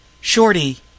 shorty